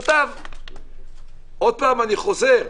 הוא כתב, עוד פעם אני חוזר,